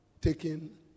taken